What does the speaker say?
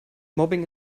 mobbing